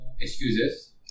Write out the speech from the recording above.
excuses